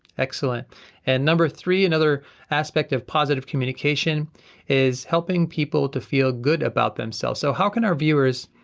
excellent and number three, another aspect of positive communication is helping people to feel good about themselves. so how can our viewers,